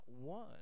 one